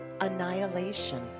Annihilation